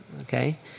okay